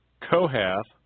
Kohath